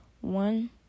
one